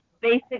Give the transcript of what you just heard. basic